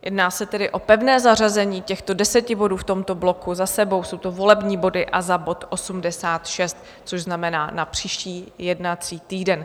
Jedná se tedy o pevné zařazení těchto deseti bodů v tomto bloku za sebou, jsou to volební body, a za bod 86, což znamená na příští jednací týden.